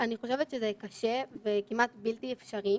חושבת שזה קשה וכמעט בלתי אפשרי